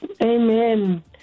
Amen